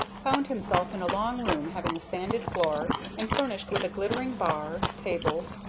found himself in a long room having a sanded floor, and furnished with a glittering bar, tables,